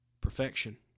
perfection